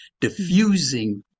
diffusing